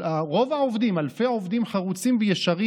רוב העובדים אלפי עובדים חרוצים וישרים